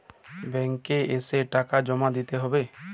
Bank এ এসে টাকা জমা দিতে হবে?